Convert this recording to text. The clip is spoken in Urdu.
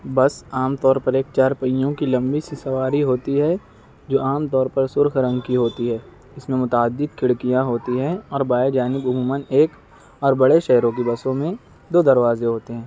بس عام طور پر ایک چار پہیوں کی لمبی سی سواری ہوتی ہے جو عام طور پر سرخ رنگ کی ہوتی ہے اس میں متعدد کھڑکیاں ہوتی ہیں اور بائیں جانب عموماً ایک اور بڑے شہروں کی بسوں میں دو دروازے ہوتے ہیں